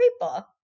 people